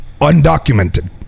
undocumented